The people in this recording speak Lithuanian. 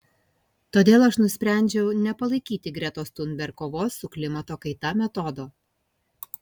todėl aš nusprendžiau nepalaikyti gretos thunberg kovos su klimato kaita metodo